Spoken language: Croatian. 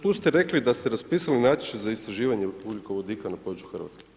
Tu ste rekli da ste raspisali natječaj za istraživanje ugljikovodika na području RH.